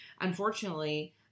Unfortunately